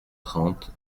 trente